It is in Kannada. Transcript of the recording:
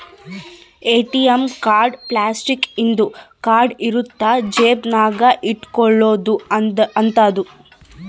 ಎ.ಟಿ.ಎಂ ಕಾರ್ಡ್ ಪ್ಲಾಸ್ಟಿಕ್ ಇಂದು ಕಾರ್ಡ್ ಇರುತ್ತ ಜೇಬ ನಾಗ ಇಟ್ಕೊಲೊ ಅಂತದು